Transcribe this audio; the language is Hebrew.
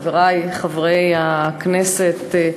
חברי חברי הכנסת,